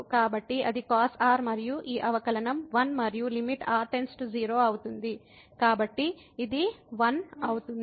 కాబట్టి అది cos r మరియు ఈ అవకలనం 1 మరియు లిమిట్ r → 0 అవుతుంది కాబట్టి ఇది 1 అవుతుంది